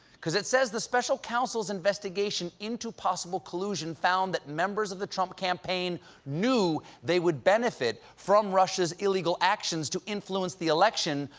because it says the special counsel's investigation into possible collusion found that members of the trump campaign knew they would benefit from russia's illegal actions to influence the election,